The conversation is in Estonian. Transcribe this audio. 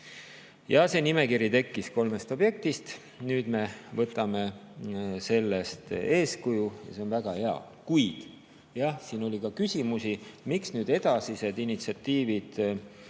Ja see nimekiri tekkis kolmest objektist. Nüüd me võtame sellest eeskuju ja see on väga hea. Kuid jah, siin oli ka küsimusi, et miks edasised initsiatiivid ei